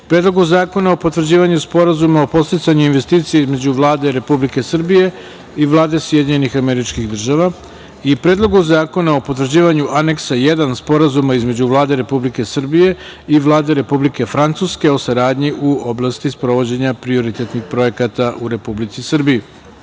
Predlogu zakona o potvrđivanju Sporazuma o podsticanju investicija između Vlade Republike Srbije i Vlade Sjedinjenih Američkih Država i Predlogu zakona o potvrđivanju Aneksa 1 Sporazuma između Vlade Republike Srbije i Vlade Republike Francuske o saradnji u oblasti sprovođenja prioritetnih projekata u Republici Srbiji. Pre